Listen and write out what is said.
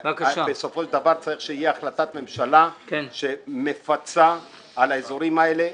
בסופו של דבר צריכה להיות החלטת ממשלה שמפצה את האזורים האלה.